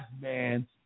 man